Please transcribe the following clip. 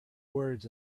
words